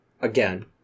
again